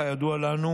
כידוע לנו,